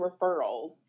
referrals